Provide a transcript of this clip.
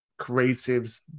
creatives